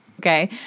Okay